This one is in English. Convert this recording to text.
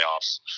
playoffs